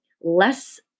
less